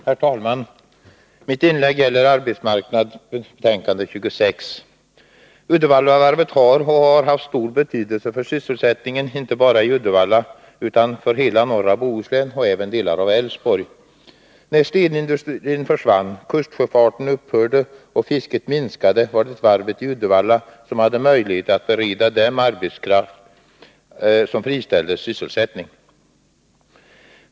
Herr talman! Mitt inlägg gäller arbetsmarknadsutskottets betänkande 26. Uddevallavarvet har och har haft stor betydelse för sysselsättningen inte bara i Uddevalla utan för hela norra Bohuslän och även delar av Älvsborgs län. När stenindustrin försvann, kustsjöfarten upphörde och fisket minskade, var det varvet i Uddevalla som hade möjlighet att bereda sysselsättning för den arbetskraft som friställdes.